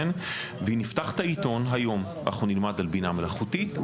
אם נפתח את העיתון היום נלמד על בינה מלאכותית,